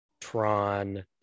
Tron